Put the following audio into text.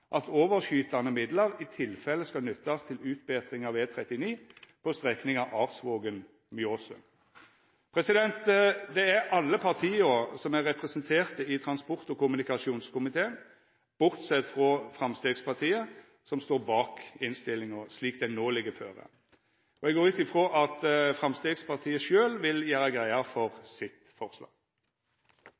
at overskytande midlar i tilfelle skal nyttast til utbetring av E39 på strekninga Arsvågen–Mjåsund. Alle partia som er representerte i transport- og kommunikasjonskomiteen, bortsett frå Framstegspartiet, står bak innstillinga slik den no ligg føre. Eg går ut frå at Framstegspartiet sjølv vil gjera greie for sitt forslag.